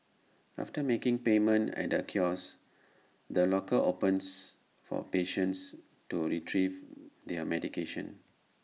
after making payment at A kiosk the locker opens for patients to Retrieve their medication